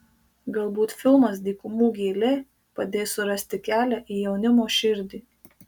galbūt filmas dykumų gėlė padės surasti kelią į jaunimo širdį